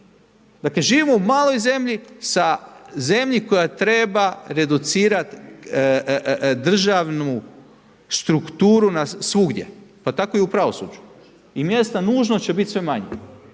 Dakle živimo u maloj zemlji koja treba reducirat državnu strukturu svugdje pa tako i u pravosuđu i mjesta nužno će biti sve manje.